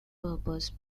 purpose